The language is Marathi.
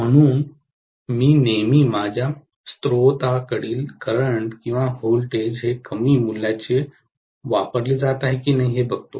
म्हणूनच मी नेहमी माझ्या स्त्रोतांकडील करंट किंवा व्होल्टेज हे कमी मुल्याचे वापरले जात आहे की नाही हे बघतो